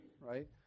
right